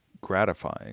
gratifying